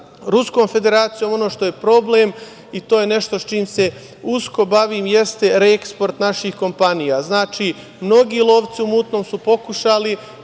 Ruskom Federacijom, ono što je problem i to je nešto čime se usko bavim jeste reeksport naših kompanija. Znači mnogi lovci u mutnom su pokušali